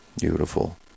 Beautiful